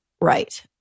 Right